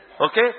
okay